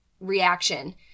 reaction